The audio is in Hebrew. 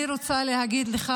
אני רוצה להגיד לך,